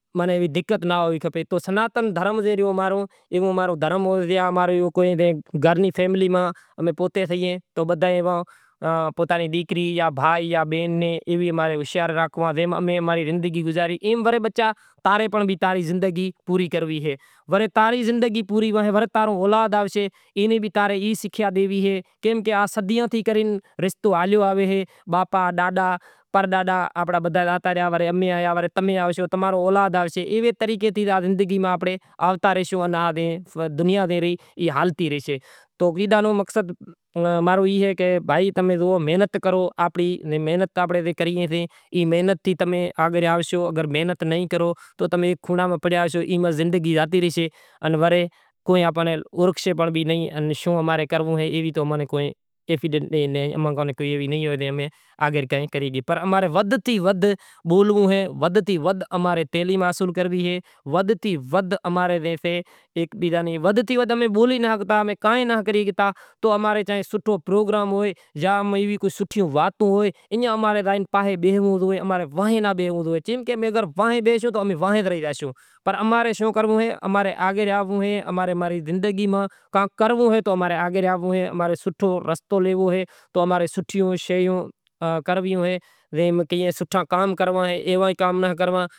کوئی موٹی وات ناں ہوتی امارو سناتن دھرم کہیسے سناتن دھرم ریو جیکو فئملی ماں پوتے تھئیں بدہے پوتاں نیں ڈیکری بھائی یا بیہں ناں ہوشیار راکھساں جے ماں اماری زندگی گزاری ایم وری بچا تاں ری زندگی بھی پوری کرنوی اے پر تاں ری زندگی بھی وری تاں رو اولاد آوشے تے ناں بھی ای سکھیا ڈینڑی اے چاں کہ صدیاں تھیں کرے رستو ہالیو آوہو اے۔ ابا ڈاڈا بدہا جاوتا رہیا وڑے امیں آیا وڑے اماں نو اولاد آوشے ایوے طریقے ماں ری زندگی ماں کو کنرنوو ہے تو سوٹھو رستو لینونڑو اے سوٹھا کام کرنڑا ایں۔